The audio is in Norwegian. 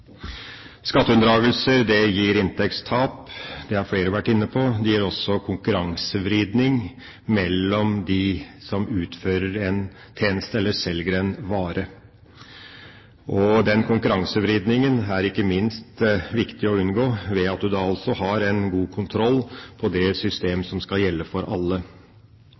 gir inntektstap. Det har flere vært inne på. Det gir også konkurransevridning mellom dem som utfører en tjeneste eller selger en vare. Den konkurransevridningen er det ikke minst viktig å unngå ved å ha en god kontroll på det system som skal gjelde for alle.